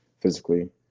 physically